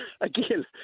again